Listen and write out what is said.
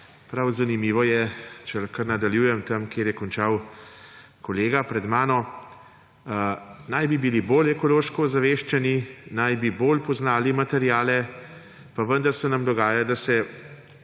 Prav zanimivo je, če kar nadaljujem tam, kjer je končal kolega pred mano: naj bi bili bolj ekološko ozaveščeni, naj bi bolj poznali materiale, pa vendar se nam dogaja, da se